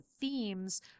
themes